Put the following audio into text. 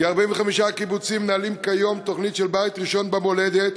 כ-45 קיבוצים מנהלים כיום תוכניות של "בית ראשון במולדת",